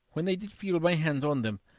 when they did feel my hands on them,